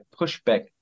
pushback